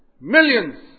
Millions